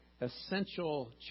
essential